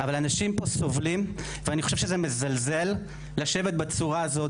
אבל אנשים פה סובלים ואני חושב שזה מזלזל לשבת בצורה הזאת